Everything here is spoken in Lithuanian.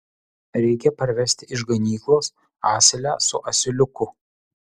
reikia parvesti iš ganyklos asilę su asiliuku